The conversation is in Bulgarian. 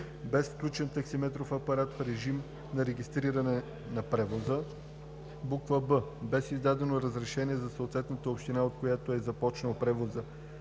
превоза; б) без издадено разрешение за съответната община, от която е започнал превоза